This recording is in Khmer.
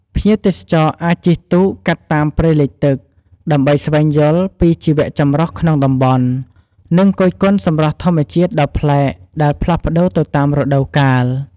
ភ្ញៀវទេសចរអាចជិះទូកកាត់តាមព្រៃលិចទឹក ដើម្បីស្វែងយល់ពីជីវៈចម្រុះក្នុងតំបន់ និងគយគន់សម្រស់ធម្មជាតិដ៏ប្លែកដែលផ្លាស់ប្តូរទៅតាមរដូវកាល។